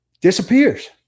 disappears